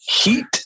heat